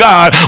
God